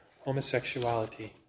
homosexuality